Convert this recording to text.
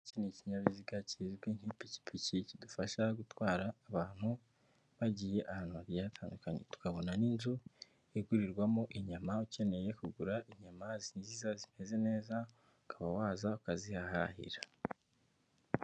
Iki ni ikinyabiziga kizwi nk'ipikipiki, kidufasha gutwara abantu bagiye ahantu hagiye hatandukanye, tukabona n'inzu igurirwamo inyama nziza, ukebeye inyanya nziza zikoze neza ukaba waza ukazihahahira.